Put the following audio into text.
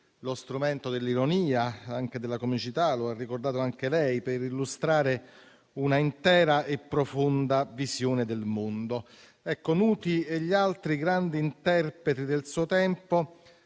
lo strumento dell'ironia e anche della comicità - come ha ricordato anche lei, signor Presidente - per illustrare una intera e profonda visione del mondo. Nuti e gli altri grandi interpreti del suo tempo